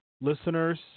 listeners